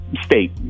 state